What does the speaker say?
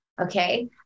Okay